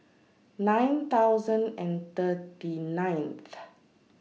nine thousand and thirty nineth